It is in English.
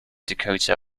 dakota